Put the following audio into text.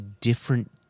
different